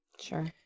Sure